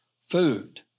food